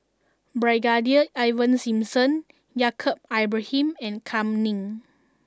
Brigadier Ivan Simson Yaacob Ibrahim and Kam Ning